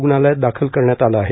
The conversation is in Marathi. रूग्णालयात दाखल करण्यात आलं आहे